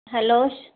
hello